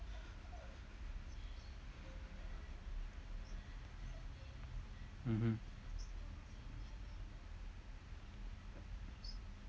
mmhmm